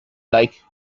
like